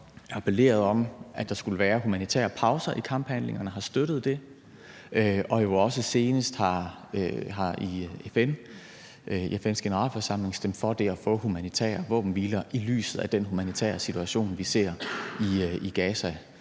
og støttet, at der skulle være humanitære pauser i kamphandlingerne, og at vi senest i FN's Generalforsamling også har stemt for det at få humanitære våbenhviler i lyset af den humanitære situation, vi ser i Gaza